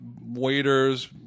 waiters